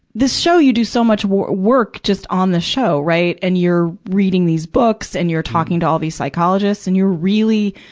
the show, you do so much work just on the show, right? and you're reading these books, and you're talking to all these psychologists, and you're really,